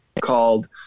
called